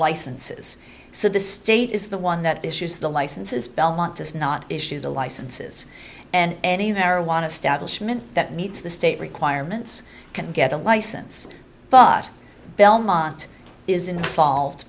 licenses so the state is the one that issues the licenses belmont does not issue the licenses and any marijuana stablish mint that meets the state requirements can get a license but belmont is involved